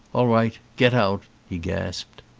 all right. get out, he gasped.